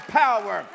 power